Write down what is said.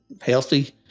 healthy